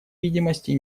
видимости